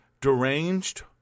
deranged